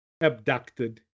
abducted